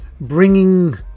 bringing